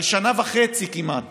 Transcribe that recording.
על שנה וחצי כמעט